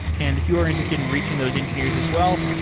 and if you are interested in reaching those engineers as well,